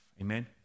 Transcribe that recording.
Amen